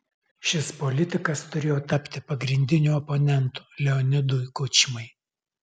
šis politikas turėjo tapti pagrindiniu oponentu leonidui kučmai